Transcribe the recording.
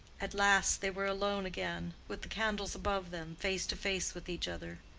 at last they were alone again, with the candles above them, face to face with each other.